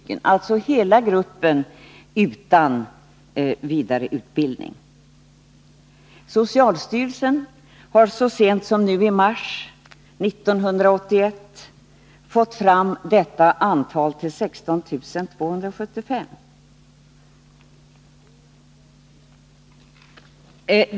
Detta är alltså hela gruppen utan vidareutbildning. Socialstyrelsen har så sent som nu i mars 1981 fått fram siffran för denna grupp till 16 275.